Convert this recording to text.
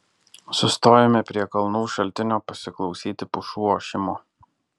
sustojome prie kalnų šaltinio pasiklausyti pušų ošimo